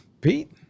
Pete